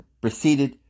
proceeded